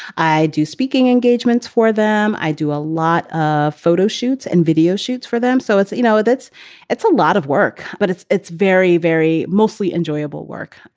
i do speaking engagements for them. i do a lot of photo shoots and video shoots for them. so it's you know, it's it's a lot of work, but it's it's very, very mostly enjoyable work.